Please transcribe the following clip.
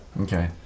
Okay